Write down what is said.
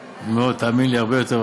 מאוד, תאמין לי, הרבה יותר.